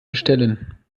bestellen